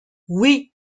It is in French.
oui